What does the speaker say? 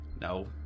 No